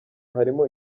harimo